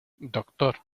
doctor